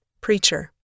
Preacher